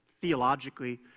theologically